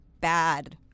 bad